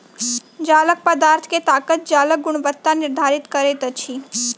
जालक पदार्थ के ताकत जालक गुणवत्ता निर्धारित करैत अछि